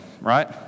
right